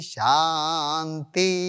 Shanti